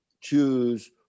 choose